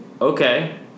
Okay